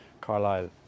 Carlisle